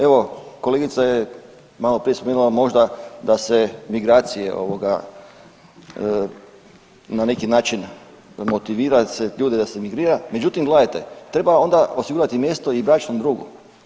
Evo kolegica je maloprije spomenula možda da se migracije na neki način motivira ljude da se migrira, međutim gledajte treba onda osigurati mjesto i bračnom drugu.